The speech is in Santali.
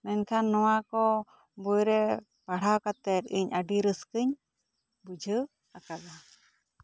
ᱢᱮᱱᱠᱷᱟᱱ ᱱᱚᱣᱟ ᱠᱚ ᱵᱳᱭ ᱨᱮ ᱯᱟᱲᱦᱟᱣ ᱠᱟᱛᱮ ᱤᱧ ᱟᱹᱰᱤ ᱨᱟᱹᱥᱠᱟᱹᱧ ᱵᱩᱡᱷᱟᱹᱣ ᱟᱠᱟᱫᱟ